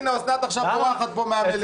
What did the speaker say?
הנה, אוסנת עכשיו בורחת פה מהמליאה.